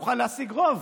יוכל להשיג רוב